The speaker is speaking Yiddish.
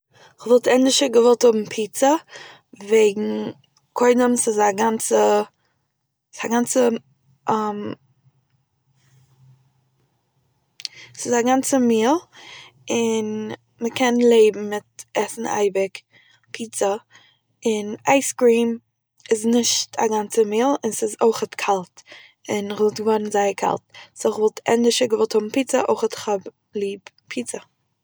כ'וואלט ענדערשער געוואלט האבן פיצא, וועגן קודם ס'איז א גאנצע- ס'איז א גאנצע ס'איז א גאנצע מיעל, און מ'קען לעבן מיט עסן אייביג פיצא, און אייסקרים איז נישט א גאנצע מיעל און ס'איז אויכ'עט קאלט, און איך וואלט געווארן זייער קאלט, סו איך וואלט ענדערשער געוואלט האבן פיצא, אויכ'עט איך האב ליב פיצא